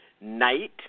night